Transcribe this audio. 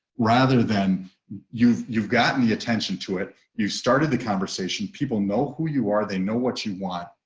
rather than you've you've gotten the attention to it. you started the conversation, people know who you are. they know what you want.